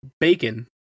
bacon